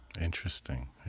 Interesting